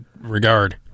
regard